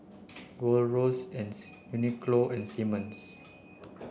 Gold Roast Uniqlo and Simmons